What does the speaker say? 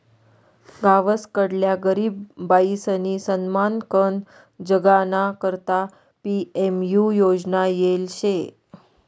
गावसकडल्या गरीब बायीसनी सन्मानकन जगाना करता पी.एम.यु योजना येल शे